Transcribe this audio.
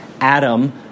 Adam